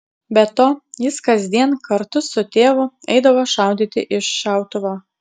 be to jis kasdien kartu su tėvu eidavo šaudyti iš šautuvo